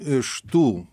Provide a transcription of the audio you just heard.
iš tų